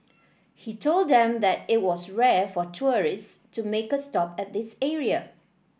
he told them that it was rare for tourists to make a stop at this area